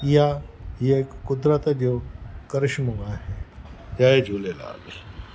इहा इहो हिकु क़ुदिरत जो करिश्मो आहे जय झूलेलाल